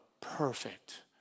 perfect